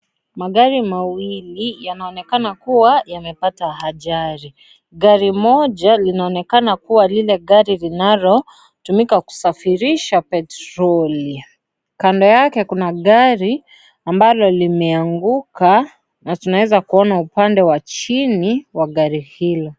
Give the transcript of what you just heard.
Magari mawili, yanaonekana kuwa yamepata ajali. Gari moja linaonekana kuwa lile gari linalotumika, kusafirisha petroli. Kando yake, kuna gari ambalo limeanguka na tunaweza kuona upande wa chini wa gari hilo.